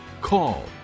call